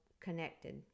connected